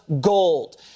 gold